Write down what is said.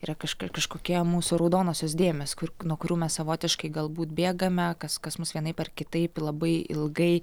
yra kaž kažkokia mūsų raudonosios dėmės kur nuo kurių mes savotiškai galbūt bėgame kas kas mus vienaip ar kitaip labai ilgai